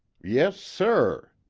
yes, sir!